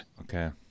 okay